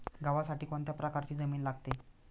गव्हासाठी कोणत्या प्रकारची जमीन लागते?